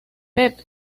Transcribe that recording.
pep